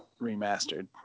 remastered